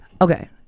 Okay